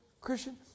Christian